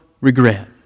regret